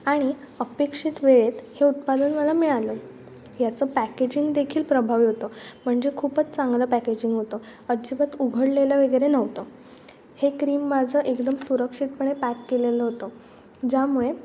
आणि अपेक्षित वेळेत हे उत्पादन मला मिळालं याचं पॅकेजिंगदेखील प्रभावी होतं म्हणजे खूपच चांगलं पॅकेजिंग होतं अजिबात उघडलेलं वगैरे नव्हतं हे क्रीम माझं एकदम सुरक्षितपणे पॅक केलेलं होतं ज्यामुळे